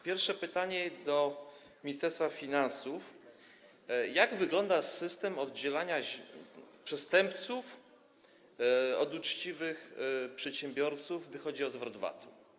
Pierwsze pytanie do Ministerstwa Finansów: Jak wygląda system oddzielania przestępców od uczciwych przedsiębiorców, jeśli chodzi o zwrot VAT-u?